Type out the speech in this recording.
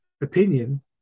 opinion